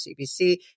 CBC